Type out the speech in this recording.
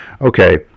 Okay